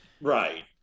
Right